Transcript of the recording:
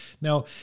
Now